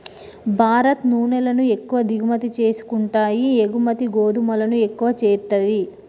భారత్ నూనెలను ఎక్కువ దిగుమతి చేసుకుంటాయి ఎగుమతి గోధుమలను ఎక్కువ చేస్తది